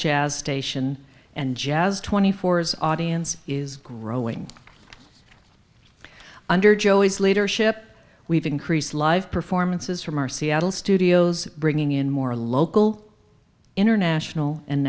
jazz station and jazz twenty four's audience is growing under joey's leadership we've increased live performances from our seattle studios bringing in more local international and